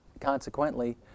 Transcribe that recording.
Consequently